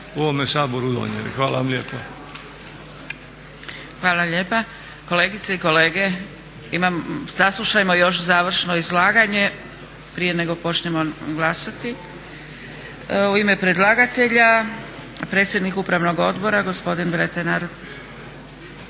u ovome Saboru donijeli. Hvala vam lijepa. **Zgrebec, Dragica (SDP)** Hvala lijepa. Kolegice i kolege, saslušajmo još završno izlaganje prije nego počnemo glasati. U ime predlagatelja predsjednik Upravnog odbora gospodin Vretenar.